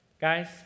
Guys